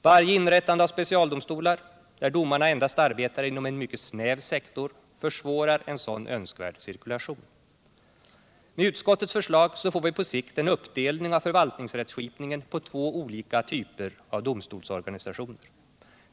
Varje inrättande av specialdomstolar, där domarna endast arbetar inom en mycket snäv sektor, försvårar en sådan önskvärd cirkulation. Med utskottets förslag får vi på sikt en uppdelning av förvaltningsrättsskipningen på två olika typer av domstolsorganisationer.